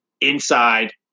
inside